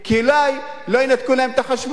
כי אולי ינתקו להם את החשמל?